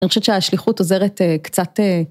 אני חושבת שההשליחות עוזרת קצת.